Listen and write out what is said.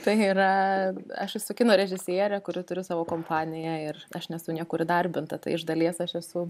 tai yra aš esu kino režisierė kuri turi savo kompaniją ir aš nesu niekur įdarbinta tai iš dalies aš esu